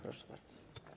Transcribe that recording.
Proszę bardzo.